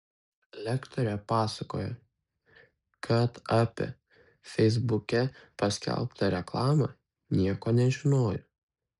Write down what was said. lektorė pasakojo kad apie feisbuke paskelbtą reklamą nieko nežinojo